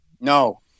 no